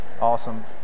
Awesome